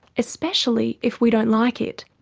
especially if we don't like it,